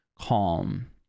calm